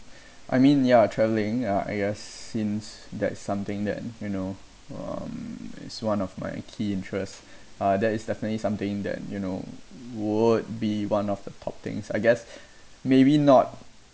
I mean ya travelling uh I guess since that something that you know um it's one of my key interest uh that is definitely something that you know would be one of the top things I guess maybe not